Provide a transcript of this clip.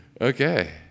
Okay